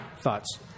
Thoughts